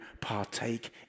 partake